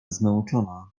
zmęczona